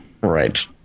Right